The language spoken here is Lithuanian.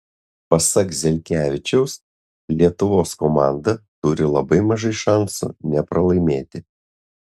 pasak zelkevičiaus lietuvos komanda turi labai mažai šansų nepralaimėti